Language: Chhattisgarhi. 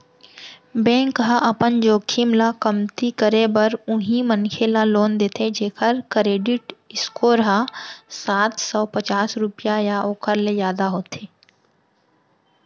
बेंक ह अपन जोखिम ल कमती करे बर उहीं मनखे ल लोन देथे जेखर करेडिट स्कोर ह सात सव पचास रुपिया या ओखर ले जादा होथे